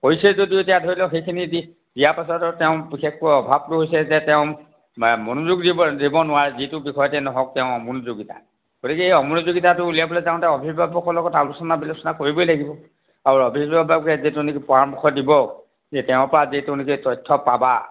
কৰিছে যদিও এতিয়া ধৰি লওক সেইখিনি দি দিয়া পাছত তেওঁ বিশেষকৈ অভাৱটো হৈছে যে তেওঁ মনোযোগ দিব নোৱাৰে যিটো বিষয়তে নহওক তেওঁ অমনোযোগী গতিকে এই অমনোযোগিতাটো উলিয়াবলৈ তেওঁ অভিভাৱকৰ লগত আলোচনা বিলোচনা কৰিবই লাগিব আৰু অভিভাৱকে যিটো নেকি পৰামৰ্শ দিব যে তেওঁৰ পৰা যিটো নেকি তথ্য পাবা